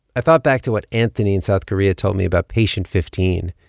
i thought back to what anthony in south korea told me about patient fifteen,